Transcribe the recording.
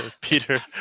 Peter